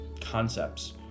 concepts